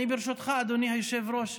ברשותך, אדוני היושב-ראש,